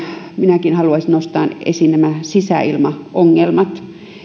minäkin haluaisin nostaa esiin nimenomaan sisäilmaongelmat